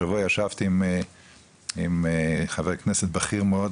השבוע ישבתי עם ח"כ בכיר מאד